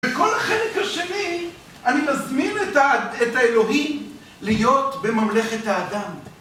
בכל החלק השני, אני מזמין את האלוהים להיות בממלכת האדם.